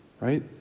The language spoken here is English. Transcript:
right